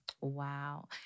Wow